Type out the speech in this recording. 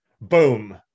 boom